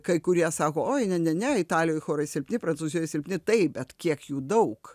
kai kurie sako oi ne ne ne italijoj chorai silpni prancūzijoj silpni tai bet kiek jų daug